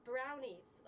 Brownies